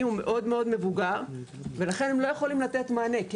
הוא מאוד מאוד מבוגר ולכן הם לא יכולים לתת מענה.